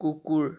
কুকুৰ